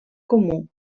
comú